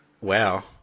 Wow